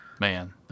Man